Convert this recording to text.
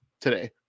today